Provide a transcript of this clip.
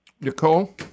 Nicole